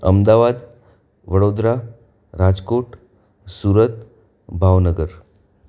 Ahmedabad Vadodara Rajkot Surat Bhavnagar